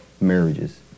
marriages